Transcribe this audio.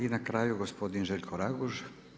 I na kraju gospodin Željko Raguž.